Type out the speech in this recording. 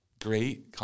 great